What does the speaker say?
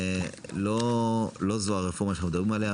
לא זו הרפורמה שאנחנו מדברים עליה,